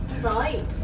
Right